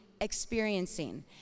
experiencing